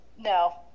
No